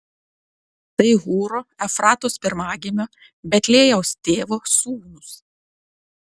tai hūro efratos pirmagimio betliejaus tėvo sūnūs